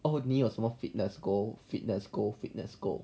oh 你有什么 fitness goal fitness goal fitness goal